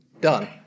done